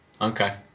Okay